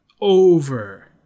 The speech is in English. over